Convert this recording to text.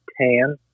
tan